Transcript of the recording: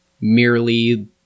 merely